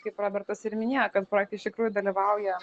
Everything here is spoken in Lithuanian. kaip robertas ir minėjo kad projekte iš tikrųjų dalyvauja